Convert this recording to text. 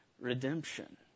redemption